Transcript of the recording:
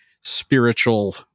spiritual